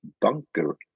bunker